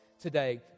today